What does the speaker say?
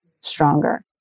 stronger